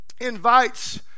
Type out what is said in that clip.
invites